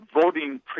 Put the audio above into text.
voting